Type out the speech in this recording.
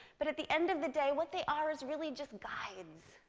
but at the end of the day, what they are is really just guides.